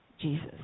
Jesus